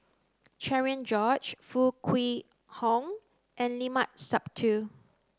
Cherian George Foo Kwee Horng and Limat Sabtu